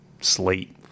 slate